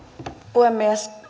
puhemies